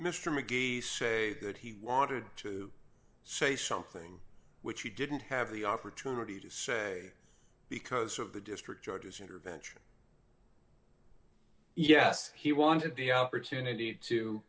mr mcgee say that he wanted to say something which he didn't have the opportunity to say because of the district judges intervention yes he wanted the opportunity to